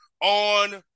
on